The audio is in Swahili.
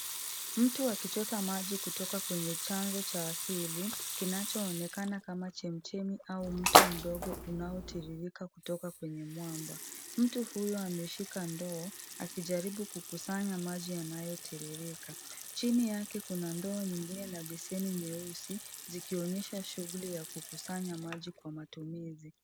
Mtu akichota maji kutoka kwenye chanzo cha asili kinachoonekana kama chemichemi au mto mdogo unaotiririka kutoka kwenye mwamba. Mtu huyu ameshika ndoo akijaribu kukusanya maji yanayotiririka. Chini yake kuna ndoo nyingine na beseni nyesusi zikionyesha shughuli za kukusanya maji kwa matumizi.